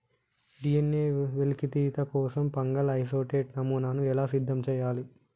DNA వెలికితీత కోసం fungal isolate నమూనాను ఎలా సిద్ధం చెయ్యాలి?